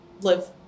live